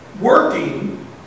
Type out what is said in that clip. working